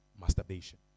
masturbation